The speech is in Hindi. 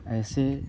ऐसे